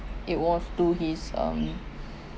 it was to his um